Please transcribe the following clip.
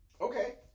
Okay